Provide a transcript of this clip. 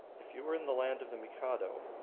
if you were in the land of the mikado,